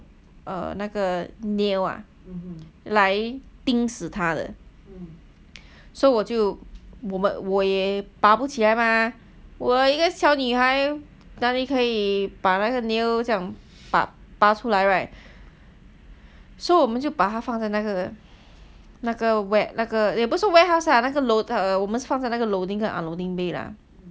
err 那个 nail ah 来盯死他的 so 我就我们我也拔不起来 mah 我一个小女孩哪里可以把那个 nail 这样拔出来 right so 我们就把它放在那个那个 ware~ 那个也不是 warehouse lah 那个 load~ 我们是放在那个 loading unloading bay lah